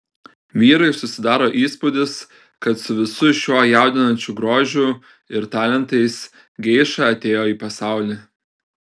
vyrui susidaro įspūdis kad su visu šiuo jaudinančiu grožiu ir talentais geiša atėjo į pasaulį